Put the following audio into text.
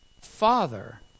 Father